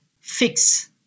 fix